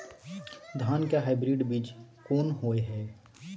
धान के हाइब्रिड बीज कोन होय है?